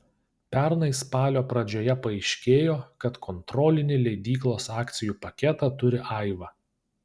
pernai spalio pradžioje paaiškėjo kad kontrolinį leidyklos akcijų paketą turi aiva